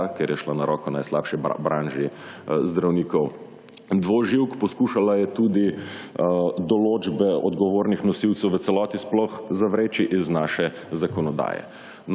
ker je šla na roko najslabši branži zdravnikov dvoživk. Poskušala je tudi določbe odgovornih nosilcev v celoti sploh zavreči iz naše zakonodaje.